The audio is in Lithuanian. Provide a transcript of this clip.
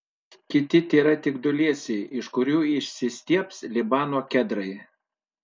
visi kiti tėra tik dūlėsiai iš kurių išsistiebs libano kedrai